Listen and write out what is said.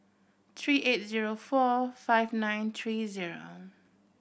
three eight zero four five nine three zero